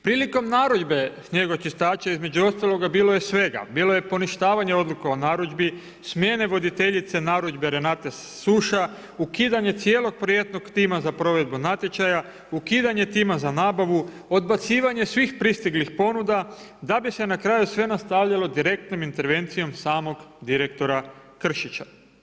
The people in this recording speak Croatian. Prilikom narudžbe snijegočistača, između ostaloga bilo je svega, bilo je poništavanje odluke o narudžbi, smjene voditeljice narudžbe Renate Suša, ukidanje cijelog projektnog tima za provedbu natječaja, ukidanje tima za nabavu, odbacivanje svi pristiglih ponuda, da bi se na kraju, sve nastavilo direktnom intervencijom samog direktora Kršića.